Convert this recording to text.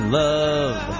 love